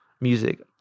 music